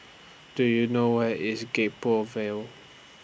Do YOU know Where IS Gek Poh Ville